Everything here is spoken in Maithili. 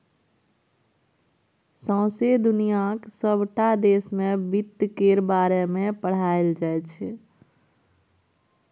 सौंसे दुनियाक सबटा देश मे बित्त केर बारे मे पढ़ाएल जाइ छै